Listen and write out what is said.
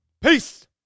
peace